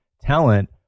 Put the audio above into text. talent